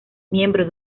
miembro